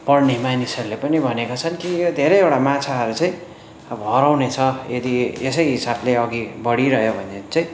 पढ्ने मानिसहरूले पनि भनेका छन् कि यो धेरैवटा माछाहरू चाहिँ अब हरउने छ यदि यसै हिसाबले अघि बढिरह्यो भने चाहिँ